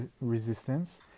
resistance